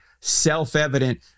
self-evident